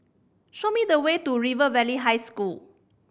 show me the way to River Valley High School